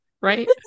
right